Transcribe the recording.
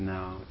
Now